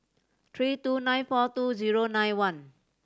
three two nine four two zero nine one